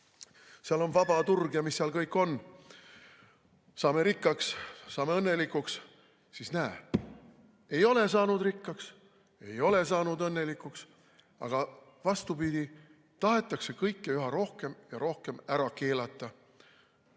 seal on vaba turg ja mis seal kõik on, saame rikkaks, saame õnnelikuks – siis näe, ei ole saanud rikkaks, ei ole saanud õnnelikuks. Vastupidi, tahetakse kõike üha rohkem ja rohkem ära keelata.